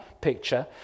picture